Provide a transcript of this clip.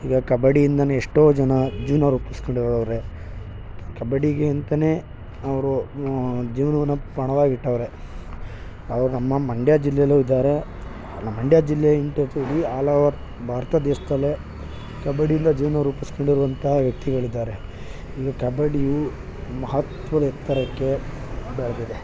ಈಗ ಕಬಡ್ಡಿಯಿಂದಲೇ ಎಷ್ಟೋ ಜನ ಜೀವನ ರೂಪಿಸ್ಕೊಂಡವ್ರೆ ಕಬಡ್ಡಿಗೆ ಅಂತಲೇ ಅವ್ರ ಜೀವನವನ್ನ ಪಣವಾಗಿಟ್ಟವರೆ ಅವ್ರು ನಮ್ಮ ಮಂಡ್ಯ ಜಿಲ್ಲೆಯಲ್ಲೂ ಇದ್ದಾರೆ ನಮ್ಮ ಮಂಡ್ಯ ಜಿಲ್ಲೆ ಆಲ್ ಓವರ್ ಭಾರತ ದೇಶದಲ್ಲೇ ಕಬಡ್ಡಿಯಿಂದ ಜೀವನ ರೂಪಿಸ್ಕೊಂಡಿರುವಂತಹ ವ್ಯಕ್ತಿಗಳಿದ್ದಾರೆ ಈ ಕಬಡ್ಡಿಯು ಮಹತ್ವದ ಎತ್ತರಕ್ಕೆ ಬೆಳೆದಿದೆ